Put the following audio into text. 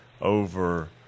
over